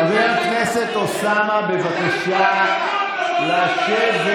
חבר הכנסת אוסאמה, בבקשה לשבת.